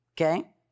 Okay